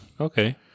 Okay